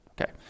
Okay